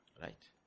Right